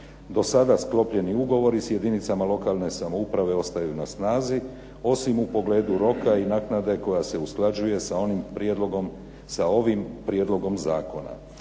Do sada sklopljeni ugovori s jedinicama lokalne samouprave ostaju na snazi, osim u pogledu roka i naknade koja se usklađuje sa ovim prijedlogom zakona.